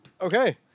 Okay